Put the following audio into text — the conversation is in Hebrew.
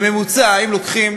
בממוצע, אם לוקחים